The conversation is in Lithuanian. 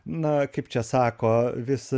na kaip čia sako vis